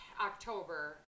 October